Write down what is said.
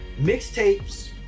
mixtapes